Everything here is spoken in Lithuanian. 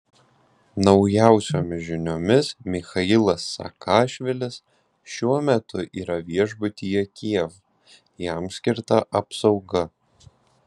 naujausiomis žiniomis michailas saakašvilis šiuo metu yra viešbutyje kijev jam skirta apsauga